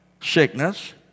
sickness